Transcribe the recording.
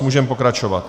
Můžeme pokračovat.